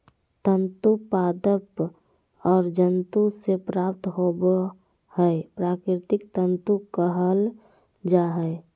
तंतु पादप और जंतु से प्राप्त होबो हइ प्राकृतिक तंतु कहल जा हइ